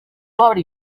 already